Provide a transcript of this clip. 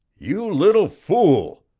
you little fool!